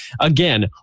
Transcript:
again